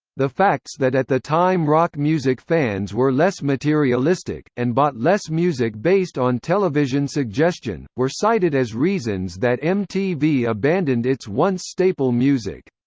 the facts that at the time rock music fans were less materialistic, and bought less music based on television suggestion, were cited as reasons that mtv abandoned its once staple music.